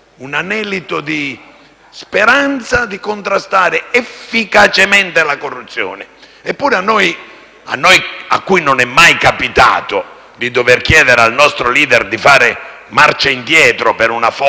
speranza di contrastare efficacemente la corruzione. Eppure, anche se a noi non è mai capitato di dover chiedere al nostro *leader* di fare marcia indietro per una foto con